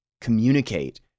communicate